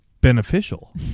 beneficial